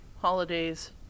holidays